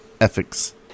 ethics